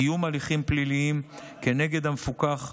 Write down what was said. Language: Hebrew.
קיום הליכים פליליים כנגד המפוקח,